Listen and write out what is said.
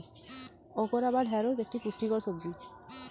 okra বা ঢ্যাঁড়স একটি পুষ্টিকর সবজি